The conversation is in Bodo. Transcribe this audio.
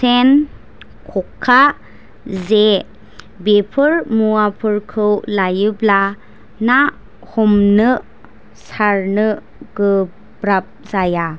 सेन ख'खा जे बेफोर मुवाफोरखौ लायोब्ला ना हमनो सारनो गोब्राब जाया